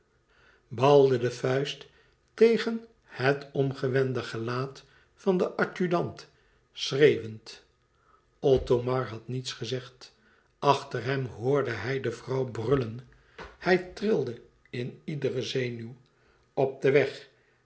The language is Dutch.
balde de vuist tegen het omgewende gelaat van den adjudant schreeuwend othomar had niets gezegd achter hem hoorde hij de vrouw brullen hij trilde in iedere zenuw op den weg